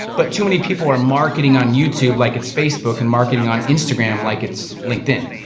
but too many people are marketing on youtube like it's facebook, and marketing on instagram like it's linkedin.